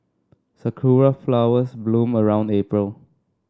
sakura flowers bloom around April